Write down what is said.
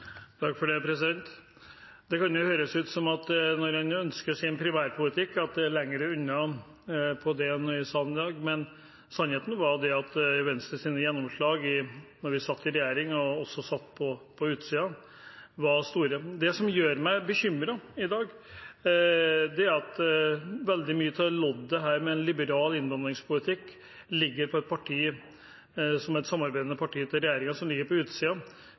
Det kan høres ut som at når en ønsker sin primærpolitikk, er en lenger unna det i salen i dag. Sannheten var at Venstres gjennomslag da vi satt i regjering – og også på utsiden – var store. Det som gjør meg bekymret i dag, er at veldig mye av loddet med en liberal innvandringspolitikk ligger på et samarbeidende parti som ligger på utsiden av regjeringen. For jeg hører ganske tydelig – ikke minst på